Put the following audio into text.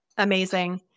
Amazing